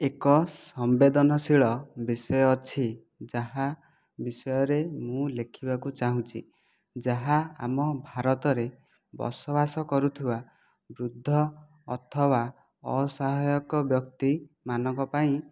ଏକ ସମ୍ୱେଦନଶୀଳା ବିଷୟ ଅଛି ଯାହା ବିଷୟରେ ମୁଁ ଲେଖିବାକୁ ଚାହୁଁଛି ଯାହା ଆମ ଭାରତରେ ବସବାସ କରୁଥିବା ବୃଦ୍ଧ ଅଥବା ଅସହାୟକ ବ୍ୟକ୍ତିମାନଙ୍କ ପାଇଁ